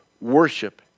worship